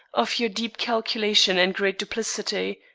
of your deep calculation and great duplicity.